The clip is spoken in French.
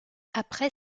après